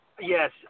Yes